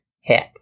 hip